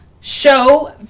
show